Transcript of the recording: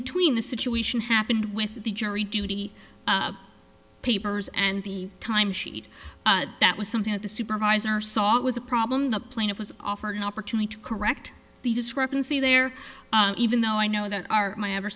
between the situation happened with the jury duty papers and the time sheet that was something that the supervisor saw that was a problem the plaintiff was offered an opportunity to correct the discrepancy there even though i know that our my